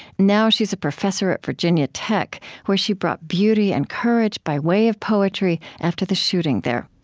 now she's a professor at virginia tech, where she brought beauty and courage by way of poetry after the shooting there.